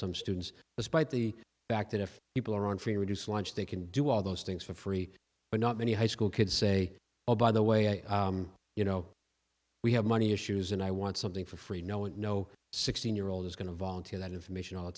some students despite the fact that if people are on free or reduced lunch they can do all those things for free but not many high school kids say oh by the way you know we have money issues and i want something for free no one no sixteen year old is going to volunteer that information all the